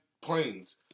planes